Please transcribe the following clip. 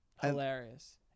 Hilarious